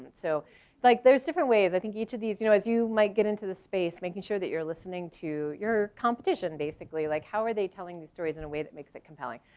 so like there's different ways i think each of these, you know as you might get into the space, making sure that you're listening to your competition, basically. like how are they telling the stories in a way that makes it compelling?